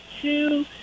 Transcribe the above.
two